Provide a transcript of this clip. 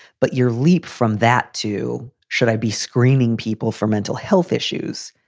but your leap from that to should i be screening people for mental health issues?